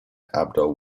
abdul